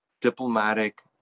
diplomatic